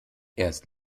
erst